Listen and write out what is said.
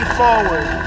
forward